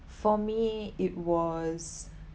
for me it was